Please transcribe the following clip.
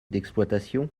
d’exploitation